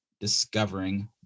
discovering